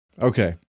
Okay